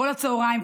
כל הצוהריים,